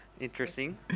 Interesting